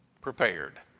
prepared